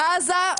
בעזה,